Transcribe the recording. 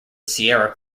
sierra